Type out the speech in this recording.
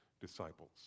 disciples